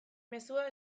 mezua